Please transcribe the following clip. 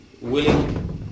willing